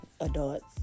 adults